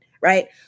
Right